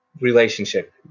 relationship